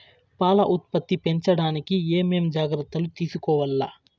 పాల ఉత్పత్తి పెంచడానికి ఏమేం జాగ్రత్తలు తీసుకోవల్ల?